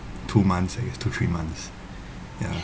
two months I guess two three months yeah